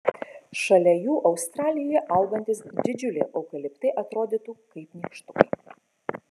šalia jų australijoje augantys didžiuliai eukaliptai atrodytų kaip nykštukai